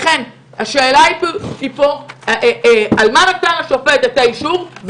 השאלה פה היא על מה נתן השופט את האישור,